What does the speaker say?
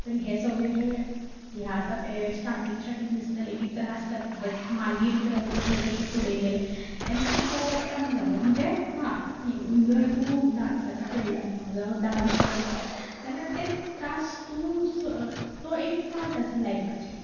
तर हे सगळे जे हे आसा ते स्टार्टींग स्टार्टींग दिसताले की त्रास जाता बट मागीर जे जशें जशें फुडें गेले तेन्ना ते ओवर काम जालें म्हणजे हा जर तूं डान्साच्या फिल्डान आसा जावं डान्स करता जाल्यार ते त्रास तूं तो एक पार्ट आसा लायफाचे